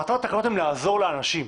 מטרת התקנות הן לעזור לאנשים.